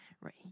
right